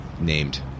named